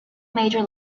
major